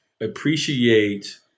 appreciate